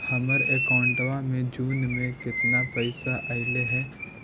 हमर अकाउँटवा मे जून में केतना पैसा अईले हे?